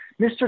Mr